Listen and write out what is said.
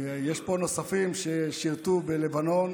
ויש פה נוספים ששירתו בלבנון,